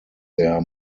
their